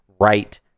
right